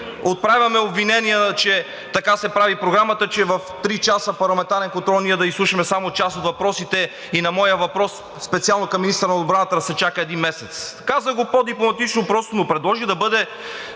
отправяме обвинения, че така се прави Програмата, че в три часа парламентарен контрол ние да изслушваме само част от въпросите и на моя въпрос специално към министъра на отбраната да се чака един месец. Казах го по-дипломатично просто, но предложих да бъде